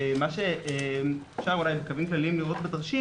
ומה שאפשר לראות בתרשים